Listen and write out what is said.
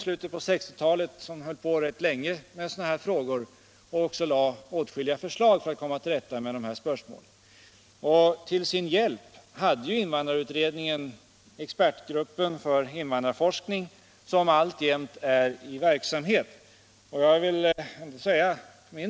—- Den höll på rätt länge med sådana här frågor och framlade också åtskilliga förslag för att komma till rätta med dessa problem. Till sin hjälp hade invandrarutredningen expertgruppen för invandrarforskning, som alltjämt är i verksamhet.